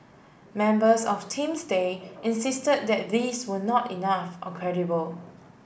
members of Team Stay insisted that these were not enough or credible